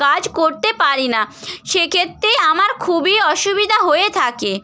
কাজ করতে পারি না সে ক্ষেত্রে আমার খুবই অসুবিধা হয়ে থাকে